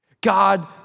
God